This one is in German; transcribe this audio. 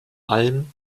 allem